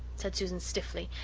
said susan stiffly,